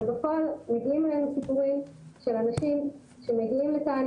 אבל בפועל מגיעים אלינו סיפורים של אנשים שמגיעים לכאן,